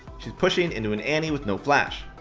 she's pushing into an annie with no flash.